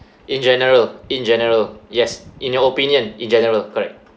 in general in general yes in your opinion in general correct